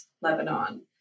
Lebanon